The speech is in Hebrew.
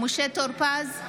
משה טור פז,